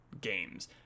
games